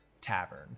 tavern